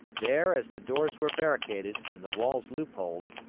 there, as the doors were barricaded, and the walls loopholed,